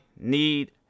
need